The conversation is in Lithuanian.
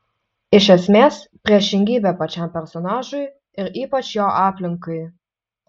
iš esmės priešingybė pačiam personažui ir ypač jo aplinkai